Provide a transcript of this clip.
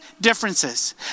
differences